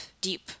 deep